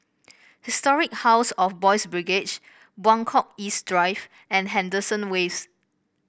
Historic House of Boys' Brigade Buangkok East Drive and Henderson Wave